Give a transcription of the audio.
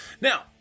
Now